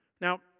Now